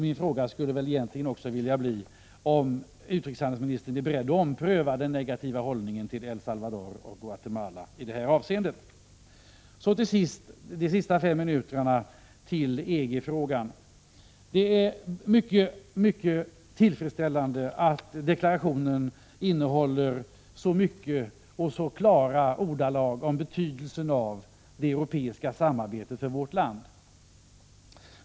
Jag undrar om utrikeshandelsministern är beredd att ompröva den negativa hållningen till El Salvador och Guatemala i detta avseende. De sista fem minuterna av mitt anförande skall jag ägna åt EG-frågan. Det är mycket tillfredsställande att deklarationen innehåller så mycket och så klara ordalag om den betydelse som det europeiska samarbetet har för vårt land.